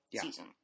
season